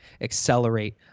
accelerate